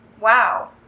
Wow